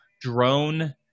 drone